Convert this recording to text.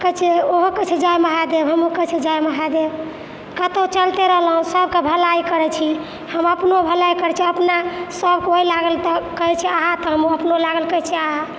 तऽ कहा छै ऊहो कहै छै जय महादेव हमहुँ कहै छियै जय महादेव कत्तौ चलिते रहलहुॅं सभके भलाइ करै छी हम अपनो भलाइ करै छी अपना शक हुये लागल कहै छियै अहा तऽ हमहुँ अपनो लागल कहै छियै अहा